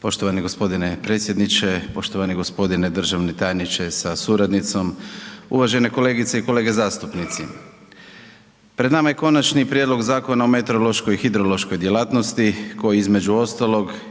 Poštovani g. predsjedniče, poštovani g. državni tajniče sa suradnicom, uvažene kolegice i kolege zastupnici. Pred nama je Konačni prijedlog Zakona o meteorološkoj i hidrološkoj djelatnosti koji između ostalog